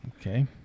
Okay